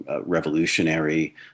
revolutionary